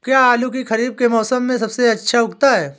क्या आलू खरीफ के मौसम में सबसे अच्छा उगता है?